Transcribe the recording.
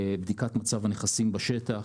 בדיקת מצב הנכסים בשטח,